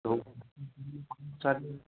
तो चलिए